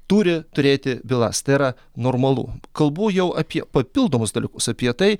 turi turėti bylas tai yra normalu kalbu jau apie papildomus dalykus apie tai